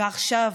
ועכשיו,